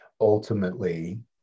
Ultimately